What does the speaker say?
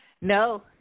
No